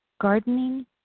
gardening